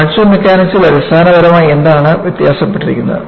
fracture മെക്കാനിക്സിൽ അടിസ്ഥാനപരമായി എന്താണ് വ്യത്യാസപ്പെട്ടിരിക്കുന്നത്